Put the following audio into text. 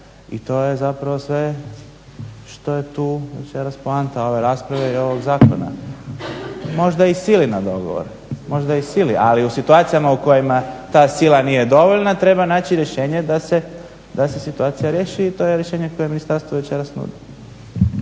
i to je zapravo sve što je tu večeras poanta ove rasprave i ovog zakona. Možda i sili na dogovor, možda i sili. Ali u situacijama u kojima ta sila nije dovoljna treba naći rješenje da se situacija riješi i to je rješenje koje ministarstvo večeras nudi.